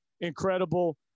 incredible